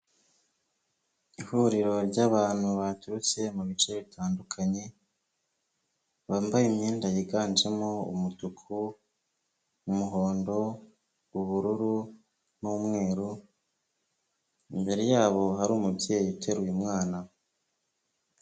Ihuriro ry'abantu baturutse mu bice bitandukanye, bambaye imyenda yiganjemo umutuku, umuhondo, ubururu n'umweru, imbere yabo hari umubyeyi uteraruye mwana.